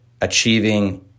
achieving